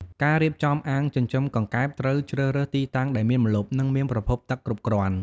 ការរៀបចំអាងចិញ្ចឹមកង្កែបត្រូវជ្រើសរើសទីតាំងដែលមានម្លប់ និងមានប្រភពទឹកគ្រប់គ្រាន់។